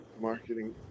marketing